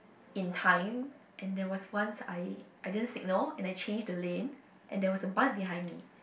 in time and there was once I I didn't signal and I changed the lane and there was a bus behind me